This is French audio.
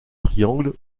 triangle